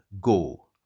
go